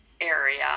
area